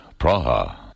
Praha